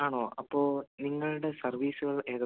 ആണോ അപ്പോള് നിങ്ങളുടെ സർവീസുകൾ എന്തൊക്കെയാണ്